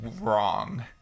wrong